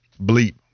bleep